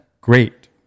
great